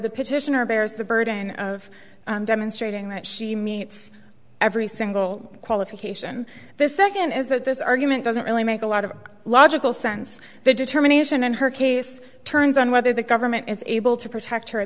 the petitioner bears the burden of demonstrating that she meets every single qualification the second is that this argument doesn't really make a lot of logical sense the determination and hurricane turns on whether the government is able to protect her